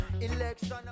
Election